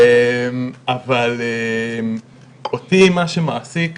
מה שמעסיק אותי,